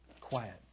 Quiet